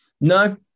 No